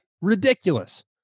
Ridiculous